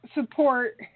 support